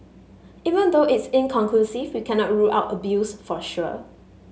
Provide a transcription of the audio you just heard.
even though it's inconclusive we cannot rule out abuse for sure